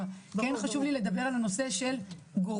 אבל כן חשוב לי לדבר על הנושאים של גורעים,